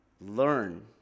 learn